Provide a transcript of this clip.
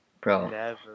Bro